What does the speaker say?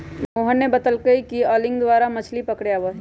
मोहन ने बतल कई कि ओकरा एंगलिंग द्वारा मछ्ली पकड़े आवा हई